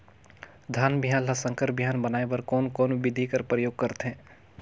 धान बिहान ल संकर बिहान बनाय बर कोन कोन बिधी कर प्रयोग करथे?